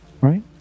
Right